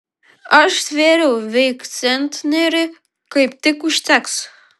aš svėriau veik centnerį kaip tik užteks